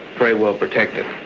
very well protected.